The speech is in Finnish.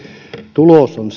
tulos on